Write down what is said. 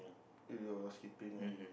you your housekeeping ah